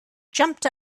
jumped